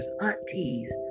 aunties